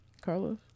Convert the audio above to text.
Carlos